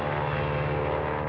or